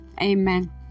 amen